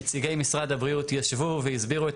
נציגי משרד הבריאות ישבו והסבירו את